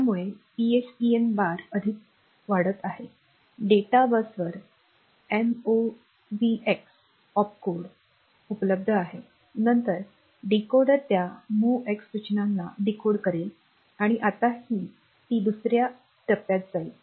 त्यामुळेच पीएसईएन बार अधिक वाढत आहे डेटा बसवर एमओव्हीएक्स ऑपकोड उपलब्ध आहे नंतर डीकोडर त्या एमओव्हीएक्सच्या सूचनांना डीकोड करेल आणि आता ती दुसर्या टप्प्यात जाईल